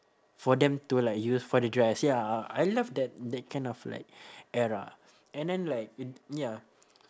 for them to like use for the dress ya ah I love that that kind of like era and then like in ya